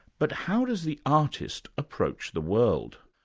but how does the artist approach the world?